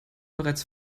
bereits